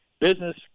Business